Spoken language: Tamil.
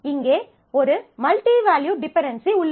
இங்கே ஒரு மல்டி வேல்யூட் டிபென்டென்சி உள்ளது